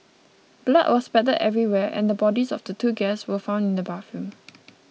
blood was spattered everywhere and the bodies of the two guests were found in the bathroom